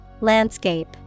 Landscape